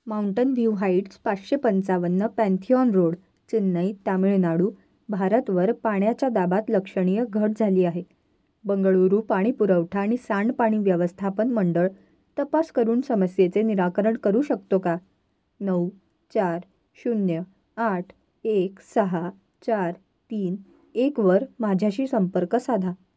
mountain view heights पाचशे पंचावन्न Pantheon road Chennai Tamil Nadu भारतवर पाण्याच्या दाबात लक्षणीय घट झाली आहे बंगळुरू पाणी पुरवठा आणि सांडपाणी व्यवस्थापन मंडळ तपास करून समस्येचे निराकरण करू शकतो का नऊ चार शून्य आठ एक सहा चार तीन एकवर माझ्याशी संपर्क साधा